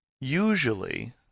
Usually